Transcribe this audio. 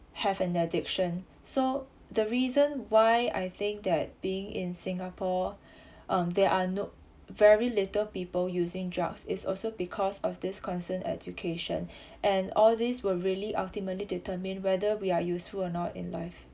have an addiction so the reason why I think that being in singapore um there are no very little people using drugs is also because of this concern education and all these were really ultimately determine whether we are useful or not in life